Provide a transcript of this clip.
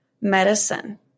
medicine